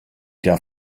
der